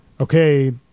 okay